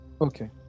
Okay